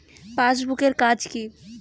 Passbook এর কাজ কি?